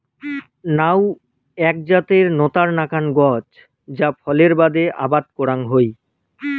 নাউ এ্যাক জাতের নতার নাকান গছ যা ফলের বাদে আবাদ করাং হই